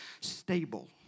stable